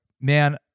man